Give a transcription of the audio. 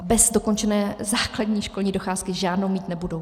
A bez dokončené základní školní docházky žádnou mít nebudou.